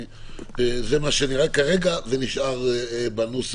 זה מה שנראה לי כרגע, ונשאר בנוסח